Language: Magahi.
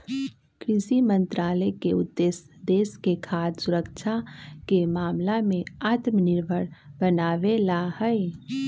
कृषि मंत्रालय के उद्देश्य देश के खाद्य सुरक्षा के मामला में आत्मनिर्भर बनावे ला हई